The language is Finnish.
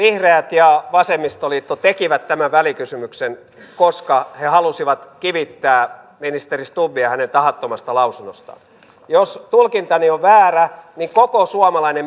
tuon ensiksi mainitun kehittämiskohteen osalta toivon että tässä salissa olemme yhtä mieltä niistä lainsäädännön uudistuksista joita hallitus jatkossa esittää paremman toimintavalmiuden saavuttamiseksi